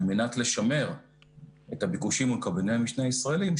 על מנת לשמר את הביקושים מול קבלני המשנה הישראליים,